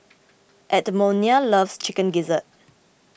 Edmonia loves Chicken Gizzard